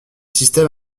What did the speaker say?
système